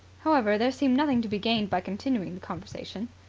however, there seemed nothing to be gained by continuing the conversation.